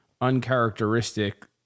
uncharacteristic